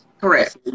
Correct